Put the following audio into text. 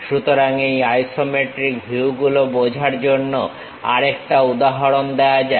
সুতরাং এই আইসোমেট্রিক ভিউগুলো বোঝার জন্য আরেকটা উদাহরণ দেওয়া যাক